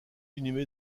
inhumé